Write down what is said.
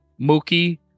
Mookie